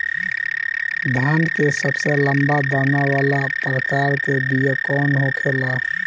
धान के सबसे लंबा दाना वाला प्रकार के बीया कौन होखेला?